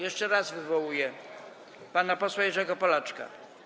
Jeszcze raz wywołuję pana posła Jerzego Polaczka.